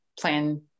plan